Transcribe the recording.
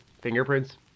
Fingerprints